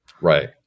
Right